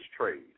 trade